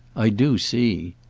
i do see.